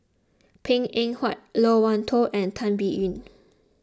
Png Eng Huat Loke Wan Tho and Tan Biyun